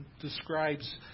describes